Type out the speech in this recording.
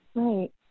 Right